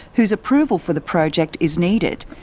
whose approval for the project is needed,